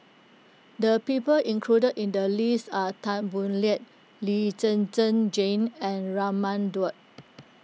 the people included in the list are Tan Boo Liat Lee Zhen Zhen Jane and Raman Daud